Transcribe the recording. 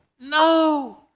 No